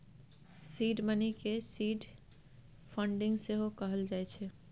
seed money केँ seed funding सेहो कहल जाइ छै